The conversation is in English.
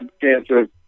Cancer